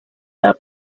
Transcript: their